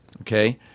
okay